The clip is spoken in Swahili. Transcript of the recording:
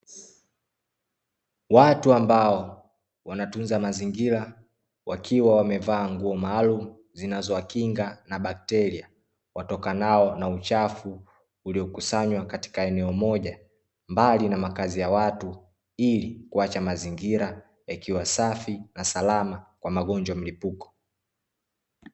Watu ambao wanatunza mazingira wakiwa wamevaa nguo maalum zinazowakinga na bakteria watokanao na uchafu uliokusanywa katika eneo moja mbali na makazi ya watu ili kuacha mazingira yakiwa safi na salama kwa magonjwa ya mlipuko.